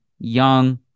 young